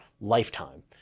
lifetime